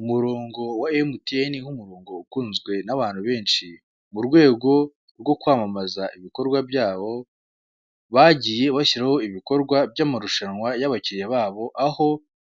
Umurongo wa emutiyene nk'umurongo ukunzwe n'abantu benshi, mu rwego rwo kwamamaza ibikorwa byabo, bagiye bashyiraho ibikorwa by'amarushanwa y'abakiliya babo, aho